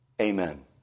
Amen